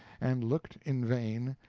and looked in vain,